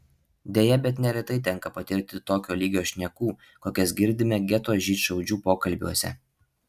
deja bet neretai tenka patirti tokio lygio šnekų kokias girdime geto žydšaudžių pokalbiuose